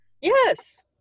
yes